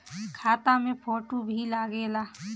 खाता मे फोटो भी लागे ला?